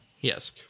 Yes